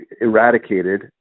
eradicated